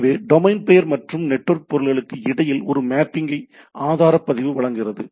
எனவே டொமைன் பெயர் மற்றும் நெட்வொர்க் பொருள்களுக்கு இடையில் ஒரு மேப்பிங்கை ஆதார பதிவு வழங்குகிறது